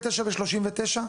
39 ו-39?